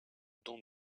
dont